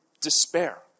despair